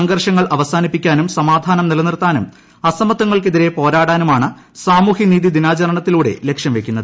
സംഘർഷങ്ങൾ അവസാനിപ്പിക്കാനും സമാധാനം നിലനിർത്താനും അസമത്വങ്ങൾക്കെതിരെ പോരാടാനുമാണ് സാമൂഹ്യ നീതി ദിനാചരണത്തിലൂടെ ലക്ഷ്യം വയ്ക്കുന്നത്